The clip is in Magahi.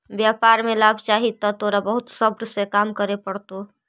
व्यापार में लाभ चाहि त तोरा बहुत सब्र से काम करे पड़तो